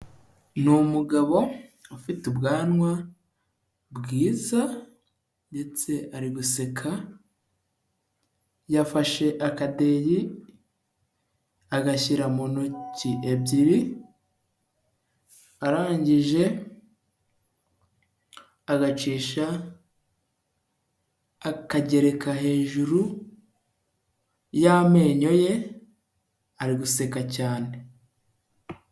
Ni umugabo ufite ubwanwa bwiza ndetse ari guseka, yafashe akadeyi agashyira mu ntoki ebyiri arangije agacisha, akagereka hejuru y'amenyo ye, ari guseka cyane.